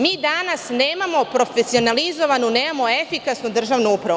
Mi danas nemamo profesionalizovanu, nemamo efikasnu državnu upravu.